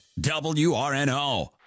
W-R-N-O